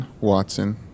Watson